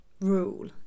rule